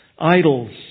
idols